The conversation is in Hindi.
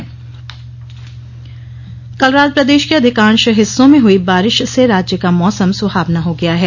मौसम कल रात प्रदेश के अधिकांश हिस्सों में हुई बारिश से राज्य का मौसम सुहावना हो गया है